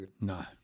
No